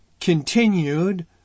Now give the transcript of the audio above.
continued